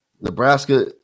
Nebraska